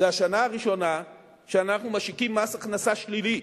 זו השנה הראשונה שאנחנו משיתים מס הכנסה שלילי,